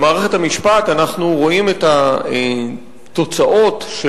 במערכת המשפט אנחנו רואים את התוצאות של